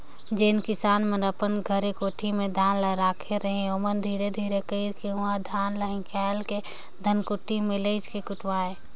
जेन किसान मन अपन घरे कोठी में धान ल राखे रहें ओमन धीरे धीरे कइरके उहां कर धान ल हिंकाएल के धनकुट्टी में लेइज के कुटवाएं